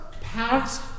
past